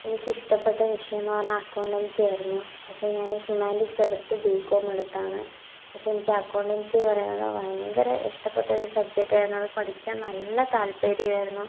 എനിക്ക് ഇഷ്ടപ്പെട്ട വിഷയം എന്ന് പറഞ്ഞാൽ അക്കൗണ്ടൻസി ആയിരുന്നു പക്ഷെ ഞാൻ ഹ്യൂമനിറ്റീസെടുത്ത് ബീ കോം എടുത്താണ് പക്ഷെ എനിക്ക് അക്കൗണ്ടൻസി പറയുന്നത് ഭയങ്കര ഇഷ്ടപ്പെട്ട ഒരു സബ്ജക്റ്റായിരുന്നു അത് പഠിക്കാൻ നല്ല താത്പര്യമായിരുന്നു